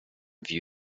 view